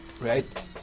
right